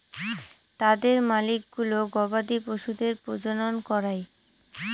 তাদের মালিকগুলো গবাদি পশুদের প্রজনন করায়